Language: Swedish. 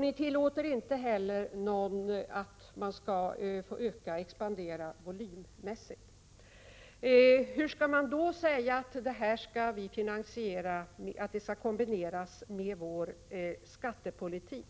Ni tillåter inte heller någon expansion volymmässigt. Hur skall då detta kunna kombineras med vår skattepolitik?